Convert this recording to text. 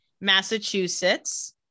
Massachusetts